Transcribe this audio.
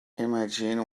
imagine